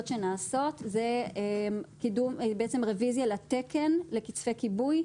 שנעשות: זו בעצם רוויזיה לתקן לקצפי כיבוי,